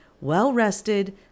well-rested